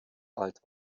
alt